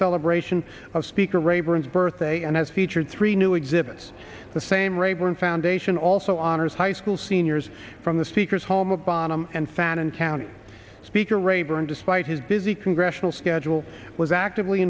celebration of speaker rayburn's birthday and has featured three new exhibits the same rayburn foundation also honors high school seniors from the speaker's home of bottom and found in town speaker rayburn despite his busy congressional schedule was actively